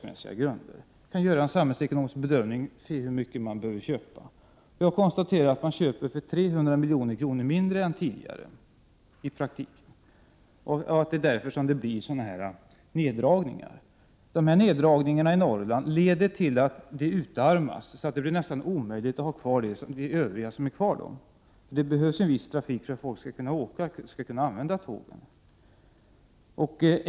Man kan göra en samhällsekonomisk bedömning och se hur mycket man behöver köpa. Jag konstaterade att man nu i praktiken köper för 300 milj.kr. mindre än tidigare och att det är därför som det sker neddragningar i trafiken. Neddragningarna i Norrland leder till att trafiken där utarmas, så att det blir | nästan omöjligt att ha kvar också den trafik som är kvar. Det behövs en viss trafik för att folk skall kunna använda tåg när man behöver åka.